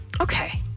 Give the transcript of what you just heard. Okay